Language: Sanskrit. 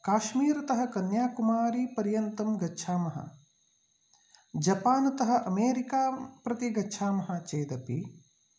काश्मीर्तः कन्याकुमारिपर्यन्तं गच्छामः जपान् तः अमेरिकापर्यन्तं गच्छामः चेदपि